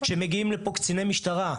כשמגיעים לפה קציני משטרה,